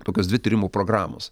tokios dvi tyrimų programos